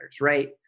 right